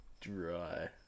dry